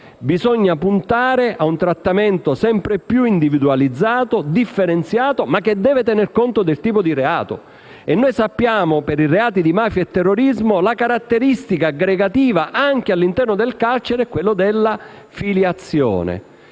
Bisogna puntare a un trattamento sempre più individualizzato e differenziato, che deve però tener conto del tipo di reato commesso. Noi sappiamo che, per i reati di mafia e terrorismo, la caratteristica aggregativa, anche all'interno del carcere, è la filiazione;